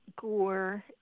Gore